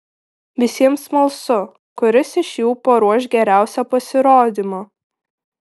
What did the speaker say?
visiems smalsu kuris iš jų paruoš geriausią pasirodymą